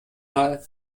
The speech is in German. mal